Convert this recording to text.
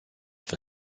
for